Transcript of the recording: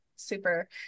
super